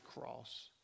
cross